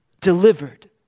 delivered